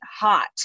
hot